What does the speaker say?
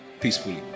peacefully